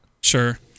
Sure